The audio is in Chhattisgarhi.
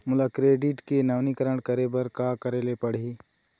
मोला क्रेडिट के नवीनीकरण करे बर का करे ले पड़ही?